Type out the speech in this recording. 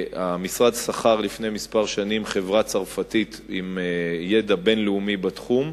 המשרד שכר לפני כמה שנים חברה צרפתית עם ידע בין-לאומי בתחום,